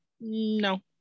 No